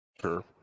Sure